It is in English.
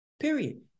period